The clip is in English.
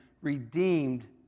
redeemed